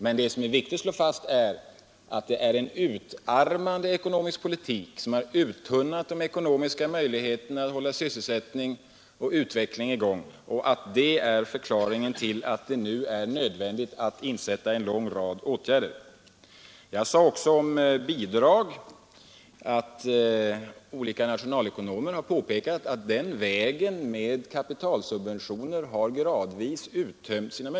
Men vad som är viktigt att slå fast är att det förts en utarmande ekonomisk politik som har uttunnat de ekonomiska möjligheterna att hålla sysselsättning och utveckling i gång, och detta är förklaringen till att det nu är nödvändigt att sätta in en lång rad sådana åtgärder. Jag sade också beträffande bidrag att olika nationalekonomer påpekat att möjligheterna med kapitalsubventioner gradvis uttömts.